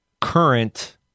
current